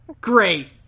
Great